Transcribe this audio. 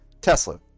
Tesla